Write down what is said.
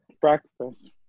Breakfast